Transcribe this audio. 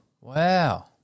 Wow